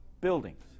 buildings